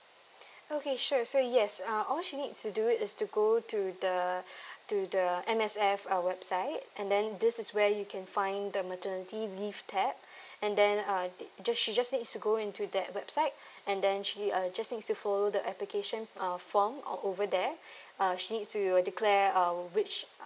okay sure so yes uh all she needs to do is to go to the to the M_S_F uh website and then this is where you can find the maternity leave tab and then uh just she just needs to go into that website and then she uh just needs to follow the application uh form uh over there uh she needs to declare uh which